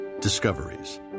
Discoveries